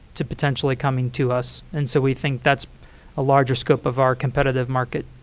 to potentially coming to us. and so we think that's a larger scope of our competitive market.